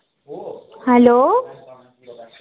hello